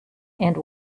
and